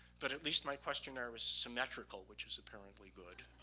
but at least my questionnaire was symmetrical which is apparently good